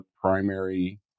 primary